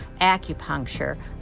acupuncture